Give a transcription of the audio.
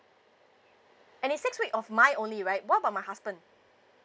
and it's six week of mine only right what about my husband